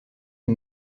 est